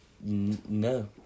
No